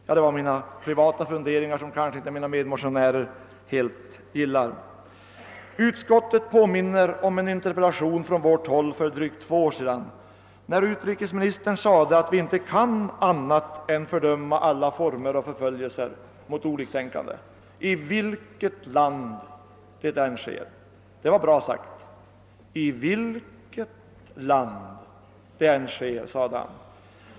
Detta var mina privata funderingar som medmotionärerna kanske inte helt gillar. Utskottet påminner om en interpellation från vårt håll för drygt två år sedan, varvid utrikesministern yttrade att vi inte kan annat än fördöma alla former av förföljelse mot oliktänkande i vilket land det än sker. Det var bra sagt. »I vilket land det än sker«, sade han.